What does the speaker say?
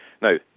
Now